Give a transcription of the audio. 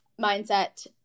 mindset